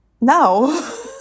no